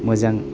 मोजां